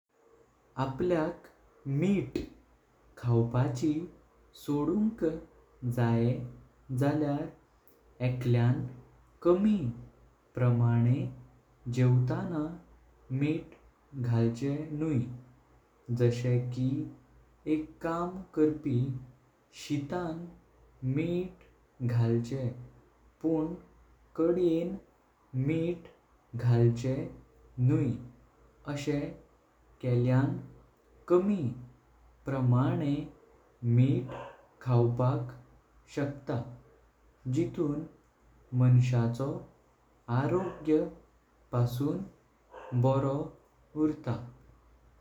आपल्याक मिठ खावपाची सोडूनक जायें। जल्यार एकल्यां कामी प्रमाणें जेवतांनां मिठ घालचे नुई जाशें एक काम करपी। शितां मिठ घालचें पण कद्यातां मिठ घालचें नुई अशें केल्यां कामी प्रमाणें मिठ खावपाक शकता। जितुन मनसाचो आरोग्य पासून बरो उरता।